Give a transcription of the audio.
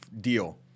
deal